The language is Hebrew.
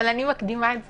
אבל אני מקדימה את זמני.